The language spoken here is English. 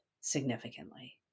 significantly